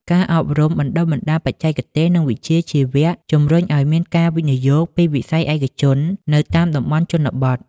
ការអប់រំបណ្ដុះបណ្ដាលបច្ចេកទេស និងវិជ្ជាជីវៈ ជំរុញឱ្យមានការវិនិយោគពីវិស័យឯកជននៅតាមតំបន់ជនបទ។